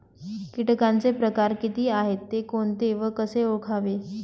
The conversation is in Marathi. किटकांचे प्रकार किती आहेत, ते कोणते व कसे ओळखावे?